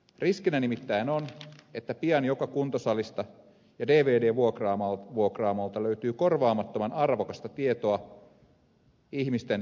riskinä nimittäin on että pian joka kuntosalista ja dvd vuokraamolta löytyy korvaamattoman arvokasta tietoa ihmisten biometrisistä tunnisteista